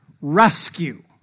Rescue